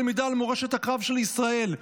למידה על מורשת הקרב של ישראל.